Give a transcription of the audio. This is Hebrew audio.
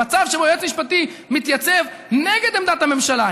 המצב שבו יועץ משפטי מתייצב נגד עמדת הממשלה,